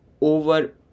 over